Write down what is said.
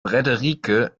frederike